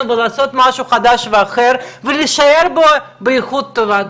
ולעשות משהו חדש ואחר ולהישאר באיכות טובה.